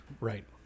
Right